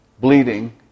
bleeding